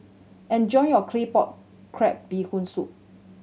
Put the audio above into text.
enjoy your Claypot Crab Bee Hoon Soup